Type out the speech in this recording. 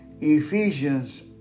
Ephesians